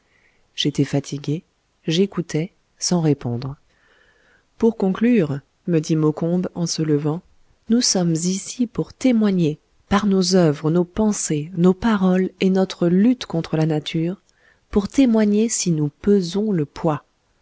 j'étais fatigué j'écoutais sans répondre pour conclure me dit maucombe en se levant nous sommes ici pour témoigner par nos œuvres nos pensées nos paroles et notre lutte contre la nature pour témoigner si nous pesons le poids